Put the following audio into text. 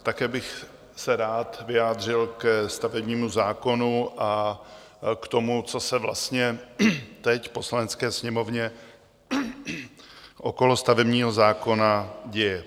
Také bych se rád vyjádřil ke stavebnímu zákonu a k tomu, co se vlastně teď v Poslanecké sněmovně okolo stavebního zákona děje.